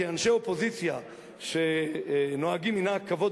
כאנשי אופוזיציה שנוהגים מנהג כבוד